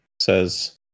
says